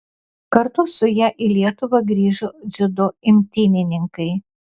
kartu su ja į lietuvą grįžo dziudo imtynininkai